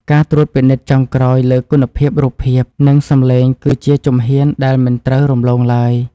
ការត្រួតពិនិត្យចុងក្រោយលើគុណភាពរូបភាព និង សម្លេងគឺជាជំហានដែលមិនត្រូវរំលងឡើយ។